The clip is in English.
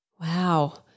Wow